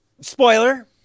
spoiler